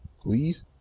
please